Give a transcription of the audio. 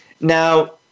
Now